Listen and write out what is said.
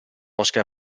oscar